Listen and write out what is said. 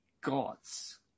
gods